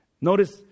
Notice